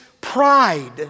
pride